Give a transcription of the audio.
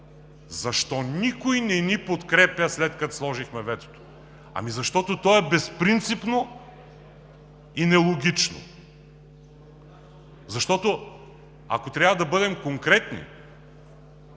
„Защо никой не ни подкрепя, след като сложихме ветото?“ Ами защото то е безпринципно и нелогично. Защото, ако трябва да бъдем конкретни,